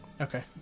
Okay